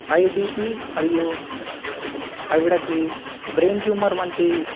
high BP మరియు ఆవిడకి brain tumour వంటి